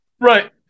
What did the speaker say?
Right